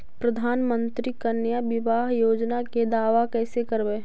प्रधानमंत्री कन्या बिबाह योजना के दाबा कैसे करबै?